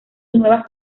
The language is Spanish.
nuevas